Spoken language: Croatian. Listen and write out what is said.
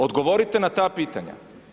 Odgovorite na ta pitanja?